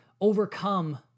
overcome